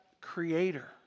creator